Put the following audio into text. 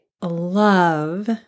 love